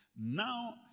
now